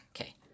Okay